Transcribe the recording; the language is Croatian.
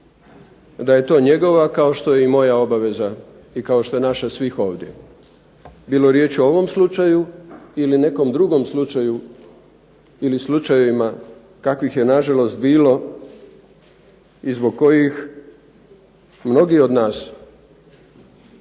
da je to njegova kao što je i moja obaveza i kao što je naša svih ovdje bilo riječ o ovom slučaju ili nekom drugom slučaju ili slučajevima kakvih je na žalost bilo i zbog kojih mnogi od nas